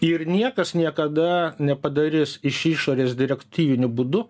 ir niekas niekada nepadarys iš išorės direktyviniu būdu